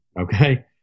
Okay